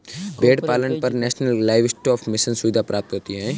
भेड़ पालन पर नेशनल लाइवस्टोक मिशन सुविधा प्राप्त होती है